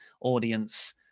audience